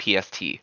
PST